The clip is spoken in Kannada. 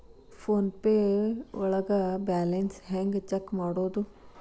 ಫೋನ್ ಪೇ ಒಳಗ ಬ್ಯಾಲೆನ್ಸ್ ಹೆಂಗ್ ಚೆಕ್ ಮಾಡುವುದು?